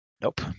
Nope